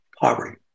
poverty